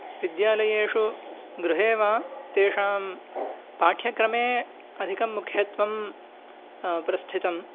विद्यालयेषु गृहे वा तेषां पाठ्यक्रमे अधिकं मुख्यत्वं प्रस्थितम्